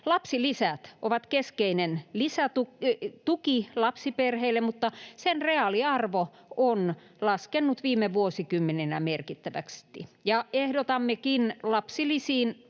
Lapsilisät ovat keskeinen lisätuki lapsiperheille, mutta sen reaaliarvo on laskenut viime vuosikymmeninä merkittävästi. Ehdotammekin lapsilisiin